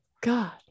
god